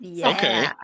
Okay